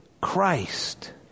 Christ